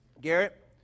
Garrett